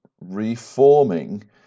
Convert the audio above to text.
reforming